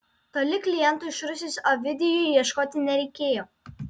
toli klientų iš rusijos ovidijui ieškoti nereikėjo